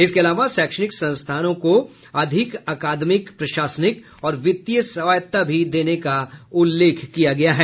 इसके अलावा शैक्षणिक संस्थाओं को अधिक अकादमिक प्रशासनिक और वित्तीय स्वायत्ता भी देने का उल्लेख किया गया है